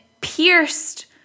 pierced